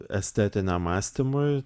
estetiniam mąstymui